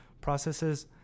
Processes